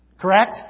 Correct